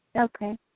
Okay